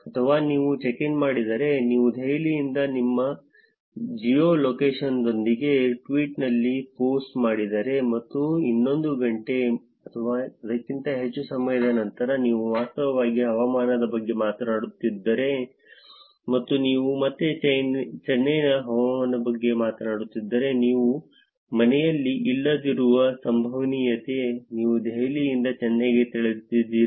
ಅಥವಾ ನೀವು check in ಮಾಡಿದ್ದರೆ ನೀವು ದೆಹಲಿಯಿಂದ ನಿಮ್ಮ ಜಿಯೋಲೊಕೇಶನ್ನೊಂದಿಗೆ ಟ್ವೀಟ್ನಲ್ಲಿ ಪೋಸ್ಟ್ ಮಾಡಿದ್ದರೆ ಮತ್ತು ಇನ್ನೊಂದು ಗಂಟೆ ಅಥವಾ ಅದಕ್ಕಿಂತ ಹೆಚ್ಚು ಸಮಯದ ನಂತರ ನೀವು ವಾಸ್ತವಿಕ ಹವಾಮಾನದ ಬಗ್ಗೆ ಮಾತನಾಡುತ್ತಿದ್ದೀರಿ ಮತ್ತು ನೀವು ಮತ್ತೆ ಚೆನ್ನೈನಲ್ಲಿ ಹವಾಮಾನದ ಬಗ್ಗೆ ಮಾತನಾಡುತ್ತಿದ್ದೀರಿ ಅದು ನೀವು ಮನೆಯಲ್ಲಿ ಇಲ್ಲದಿರುವ ಸಂಭವನೀಯತೆ ನೀವು ದೆಹಲಿಯಿಂದ ಚೆನ್ನೈಗೆ ತೆರಳಿದ್ದೀರಿ